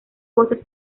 voces